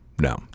no